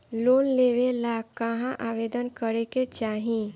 Loan लेवे ला कहाँ आवेदन करे के चाही?